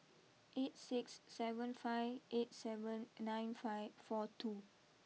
eight six seven five eight seven nine five four two